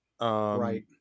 right